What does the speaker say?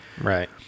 Right